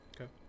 okay